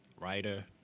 writer